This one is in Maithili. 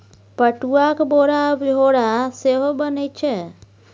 पटुआक बोरा आ झोरा सेहो बनैत छै